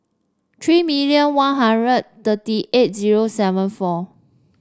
three million One Hundred thirty eight zero seven four